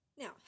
Now